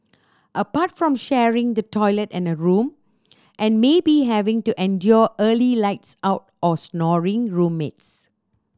apart from sharing the toilet and a room and maybe having to endure early lights out or snoring roommates